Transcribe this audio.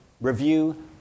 Review